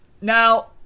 Now